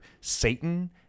Satan